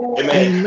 amen